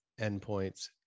endpoints